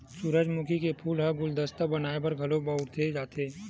सूरजमुखी के फूल ल गुलदस्ता बनाय बर घलो बउरे जाथे